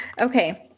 Okay